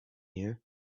here